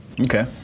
Okay